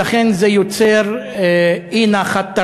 ולכן זה יוצר אי-נחת,